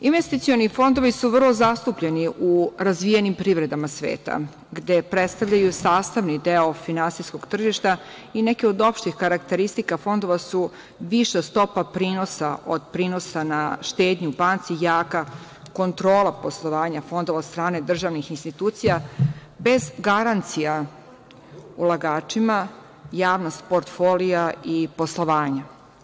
Investicioni fondovi su vrlo zastupljeni u razvijenim privredama sveta, gde predstavljaju sastavni deo finansijskog tržišta i neke od opštih karakteristika fondova su viša stopa prinosa od prinosa na štednju u banci, jaka kontrola poslovanja fondova od strane državnih institucija, bez garancija ulagačima, javnost portfolija i poslovanja.